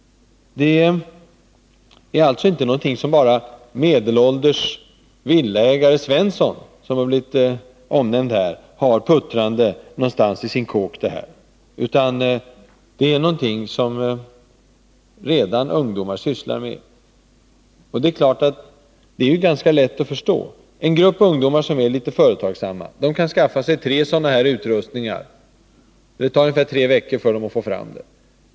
Detta vin är alltså inte någonting som bara den medelålders villaägaren Svensson, som har nämnts här, har puttrande någonstans i sin kåk, utan det är någonting som ungdomar redan sysslar med. Och det är ganska lätt att förstå att de gör det. En grupp ungdomar som är litet företagsamma kan skaffa sig tre sådana här utrustningar. Det tar ungefär tre veckor för dem att göra vinet.